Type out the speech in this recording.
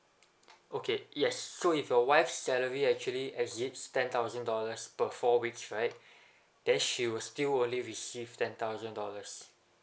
okay yes so if your wife's salary actually exceeds ten thousand dollars per four weeks right then she will still only receive ten thousand dollars